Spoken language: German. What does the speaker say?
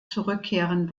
zurückkehren